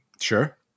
Sure